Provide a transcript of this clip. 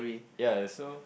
ya uh so